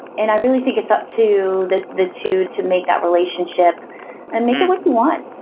and i really think it's up to the the two to make that relationship and make it what you want